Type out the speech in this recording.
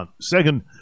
second –